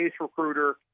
recruiter